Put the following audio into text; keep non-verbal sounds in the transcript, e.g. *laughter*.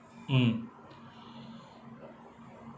mm *breath*